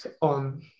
on